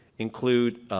include,